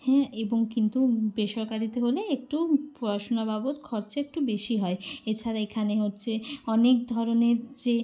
হ্যাঁ এবং কিন্তু বেসরকারিতে হলে একটু পড়াশুনা বাবদ খরচা একটু বেশি হয় এছাড়া এখানে হচ্ছে অনেক ধরনের যে